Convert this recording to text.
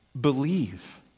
believe